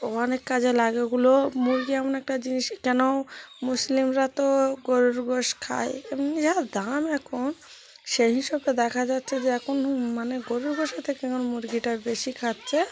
অনেক কাজে লাগে ওগুলো মুরগি এমন একটা জিনিস কেন মুসলিমরা তো গরুর গোশ খায় এমনি যা দাম এখন সেই হিসেবে দেখা যাচ্ছে যে এখন মানে গরুর গোশের থেকে এখন মুরগিটা বেশি খাচ্ছে